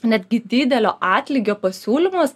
netgi didelio atlygio pasiūlymas